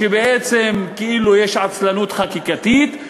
כאילו יש עצלנות חקיקתית.